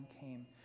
came